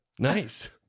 Nice